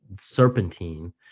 serpentine